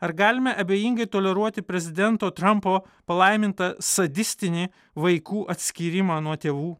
ar galime abejingai toleruoti prezidento trampo palaimintą sadistinį vaikų atskyrimą nuo tėvų